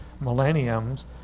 millenniums